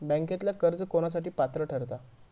बँकेतला कर्ज कोणासाठी पात्र ठरता?